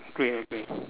grey grey grey